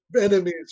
Enemies